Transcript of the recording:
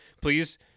please